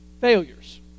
failures